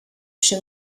przy